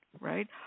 right